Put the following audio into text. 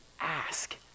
ask